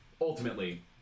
ultimately